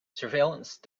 surveillance